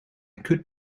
could